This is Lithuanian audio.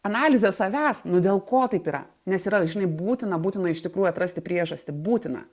analizė savęs nu dėl ko taip yra nes yra žinai būtina būtina iš tikrųjų atrasti priežastį būtina